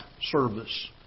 service